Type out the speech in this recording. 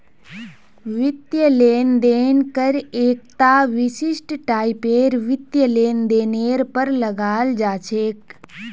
वित्तीय लेन देन कर एकता विशिष्ट टाइपेर वित्तीय लेनदेनेर पर लगाल जा छेक